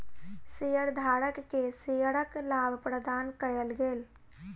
शेयरधारक के शेयरक लाभ प्रदान कयल गेल